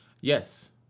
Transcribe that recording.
Yes